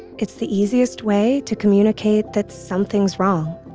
it's the easiest way to communicate that something's wrong,